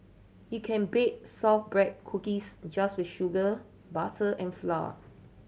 you can bake shortbread cookies just with sugar butter and flour